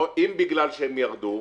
אם בגלל שהם ירדו,